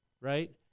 Right